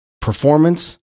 performance